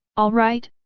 alright,